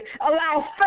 Allow